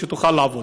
שתוכל לעבוד?